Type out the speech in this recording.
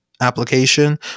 application